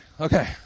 Okay